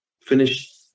finish